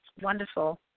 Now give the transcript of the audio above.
wonderful